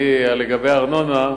לגבי הארנונה,